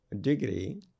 degree